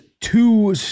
two